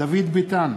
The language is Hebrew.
דוד ביטן,